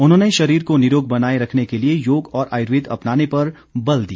उन्होंने शरीर को निरोग बनाए रखने के लिए योग और आयुर्वेद अपनाने पर बल दिया